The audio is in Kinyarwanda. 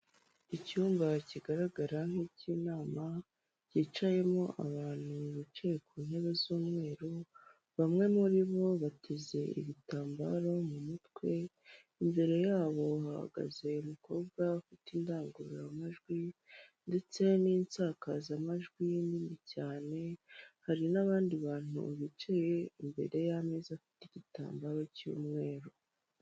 Icyumba kigaragara nk'ikin'inama cyicayemo abantu bicaye ku ntebe z'umweru, bamwe muri bo bateze ibitambaro mu mutwe. Imbere yabo bahagaze umukobwa ufite indangururamajwi, ndetse n'insakazamajwi nini cyane. Hari n'abandi bantu bicaye imbere y'ameza afite igitambaro cy'umweru.